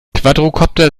quadrokopter